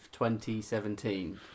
2017